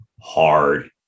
hard